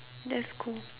that's cool